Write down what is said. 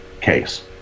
case